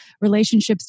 relationships